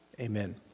amen